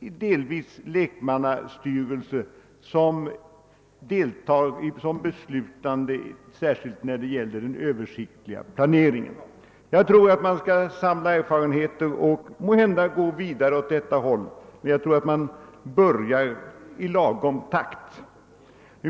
delvis har en lekmannastyrelse som deltar som beslutande organ, särskilt när det gäller den översiktliga planeringen. Jag tror att man skall samla erfarenheter och måhända gå vidare i denna riktning, men jag tror att man skall gå i lagom takt.